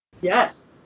Yes